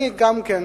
אני גם כן,